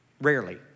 rarely